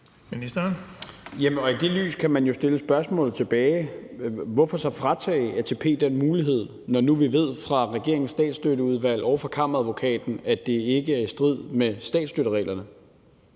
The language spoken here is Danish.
i det lys kan man jo stille spørgsmålet tilbage: Hvorfor så fratage ATP den mulighed, når vi nu ved fra regeringens statsstøtteudvalg og fra Kammeradvokaten, at det ikke er i strid med statsstøttereglerne?